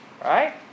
right